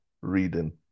reading